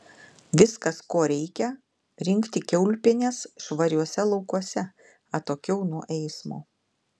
viskas ko reikia rinkti kiaulpienes švariuose laukuose atokiau nuo eismo